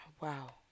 wow